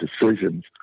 decisions